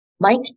Mike